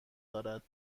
دارد